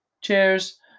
cheers